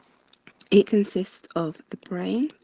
it consists of the brain,